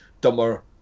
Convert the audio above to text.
dumber